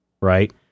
right